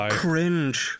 cringe